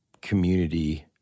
community